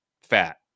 fat